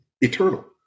eternal